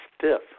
stiff